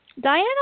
Diana